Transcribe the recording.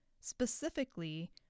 specifically